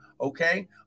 Okay